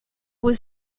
was